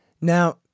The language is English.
now